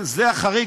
זה החריג.